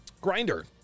Grinder